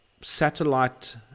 satellite